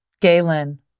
Galen